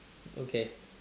okay